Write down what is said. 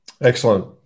Excellent